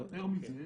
יותר מזה,